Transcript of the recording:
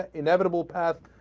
inevitable path